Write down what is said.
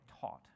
taught